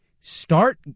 start –